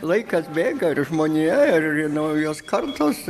laikas bėga ir žmonija ir naujos kartos